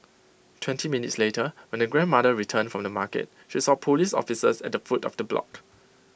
twenty minutes later when the grandmother returned from the market she saw Police officers at the foot of the block